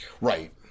Right